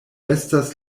estas